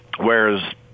whereas